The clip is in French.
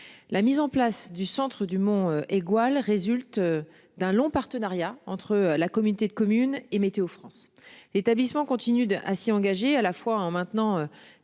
La mise en place du Centre du Mont Aigoual résulte. D'un long partenariat entre la communauté de communes et météo France l'établissement continuent d'acier. À la fois hein maintenant